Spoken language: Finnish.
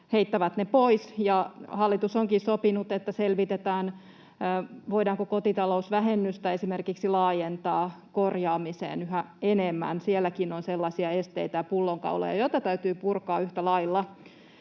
heittävät ne pois. Hallitus onkin esimerkiksi sopinut, että selvitetään, voidaanko kotitalousvähennystä laajentaa korjaamiseen yhä enemmän. Sielläkin on sellaisia esteitä ja pullonkauloja, joita täytyy purkaa yhtä lailla.